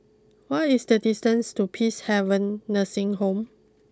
what is the distances to Peacehaven Nursing Home